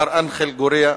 מר אנחל גורייה,